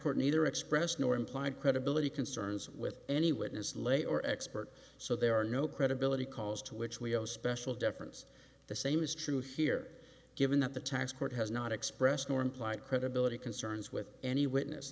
court neither expressed nor implied credibility concerns with any witness lay or expert so there are no credibility calls to which we owe special deference the same is true here given that the tax court has not expressed nor implied credibility concerns with any witness